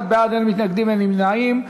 31 בעד, אין מתנגדים ואין נמנעים.